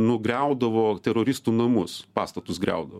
nugriaudavo teroristų namus pastatus griaudavo